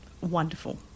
wonderful